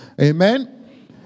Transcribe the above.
amen